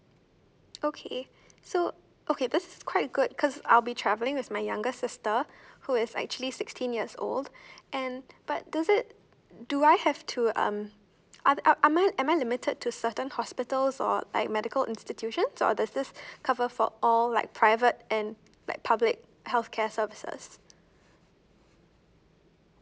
okay so okay that's quite good cause I'll be travelling with my younger sister who is actually sixteen years old and but does it do I have to um I I meant am I limited to certain hospitals or like medical institutions or does this cover for all like private and like public healthcare services